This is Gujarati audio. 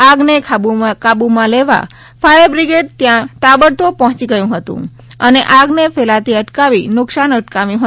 આગ ને કાબૂ માં લેવા ફાયર બ્રિગેડ ત્યાં તાબડતોબ પહોચી ગયું હતું અને આગ ને ફેલાતી અટકાવી નુકસાન અટકાવ્યું હતું